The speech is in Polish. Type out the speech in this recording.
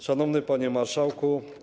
Szanowny Panie Marszałku!